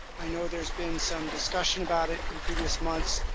i know there has been some discussion about it in previous months,